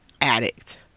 addict